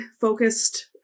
focused